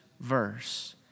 verse